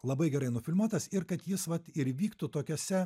labai gerai nufilmuotas ir kad jis vat ir vyktų tokiose